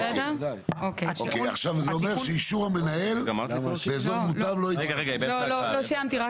זה אומר שאישור המנהל באזור מוטב לא --- לא סיימתי את ההקראה,